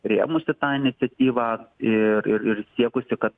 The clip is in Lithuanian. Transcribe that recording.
rėmusi tą iniciatyvą ir ir ir siekusi kad